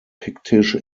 pictish